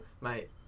Mate